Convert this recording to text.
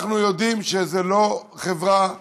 אנחנו יודעים שזו לא חברה אחת,